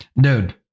Dude